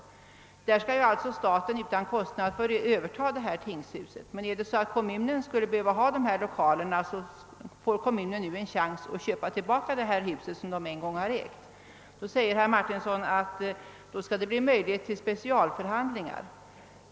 Under sådana förhållanden skall staten alltså utan kostnad överta tingshusen, men om kommunen behöver lokalerna får den ju en chans att köpa tillbaka det hus som den en gång har ägt. Herr Martinsson säger att det i ett sådant här fall skall finnas möjlighet till specialförhandlingar.